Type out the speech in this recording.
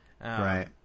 Right